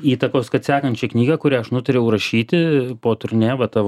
įtakos kad sekančią knygą kurią aš nutariau rašyti po turnė va tą